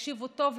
תקשיבו טוב לנתון: